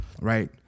right